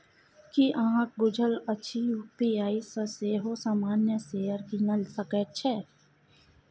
की अहाँक बुझल अछि यू.पी.आई सँ सेहो सामान्य शेयर कीनल जा सकैत छै?